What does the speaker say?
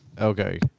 Okay